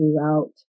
throughout